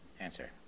answer